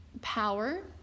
power